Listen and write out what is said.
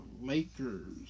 Lakers